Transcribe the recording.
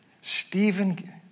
Stephen